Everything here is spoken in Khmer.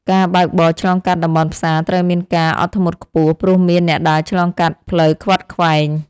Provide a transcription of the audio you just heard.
ការបើកបរឆ្លងកាត់តំបន់ផ្សារត្រូវមានការអត់ធ្មត់ខ្ពស់ ព្រោះមានអ្នកដើរឆ្លងកាត់ផ្លូវខ្វាត់ខ្វែង។